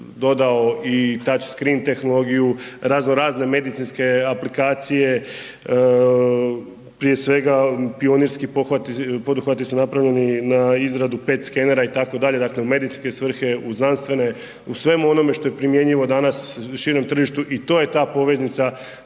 dodao i tach skrin tehnologiju, razno razne medicinske aplikacije, prije svega Pionirski poduhvati su napravljeni na izradu 5 skenera itd., dakle, u medicinske svrhe, u znanstvene, u svemu onome što je primjenjivo danas širem tržištu i to je ta poveznica